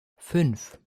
fünf